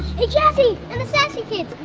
hey jazzy and the sassy kids,